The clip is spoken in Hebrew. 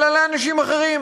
אלא לאנשים אחרים.